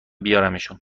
بیارمشون